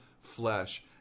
flesh